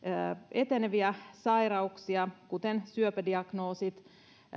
eteneviä sairauksia kuten syöpädiagnoosit jotka